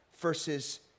versus